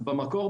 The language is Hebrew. במקור,